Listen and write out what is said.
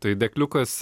tai dėkliukas